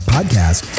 Podcast